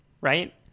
right